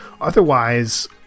Otherwise